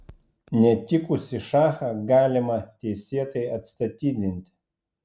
netikusį šachą galima teisėtai atstatydinti